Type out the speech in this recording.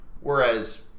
Whereas